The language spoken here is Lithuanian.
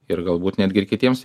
ir galbūt netgi ir kitiems